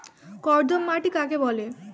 কর্দম মাটি কাকে বলে?